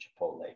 Chipotle